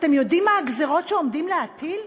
אתם יודעים מה הגזירות שעומדים להטיל?